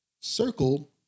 Circle